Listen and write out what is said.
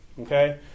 Okay